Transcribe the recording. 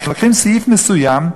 לוקחים סעיף מסוים,